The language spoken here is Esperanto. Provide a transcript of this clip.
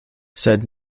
sed